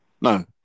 No